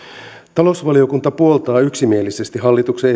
talousvaliokunta puoltaa yksimielisesti hallituksen